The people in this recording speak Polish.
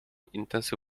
intensy